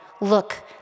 Look